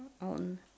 on